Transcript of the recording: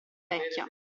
vecchia